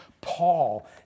Paul